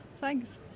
thanks